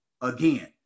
again